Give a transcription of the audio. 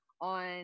on